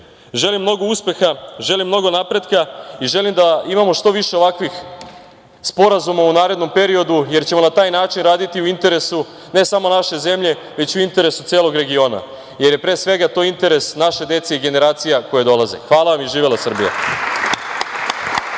želim mnogo uspeha, želim mnogo napretka i želim da imamo što više ovakvih sporazuma u narednom periodu, jer ćemo na taj način raditi u interesu, ne samo naše zemlje, već u interesu celog regiona, jer je pre svega to interes naše dece i generacija koje dolaze. Hvala vam i živela Srbija.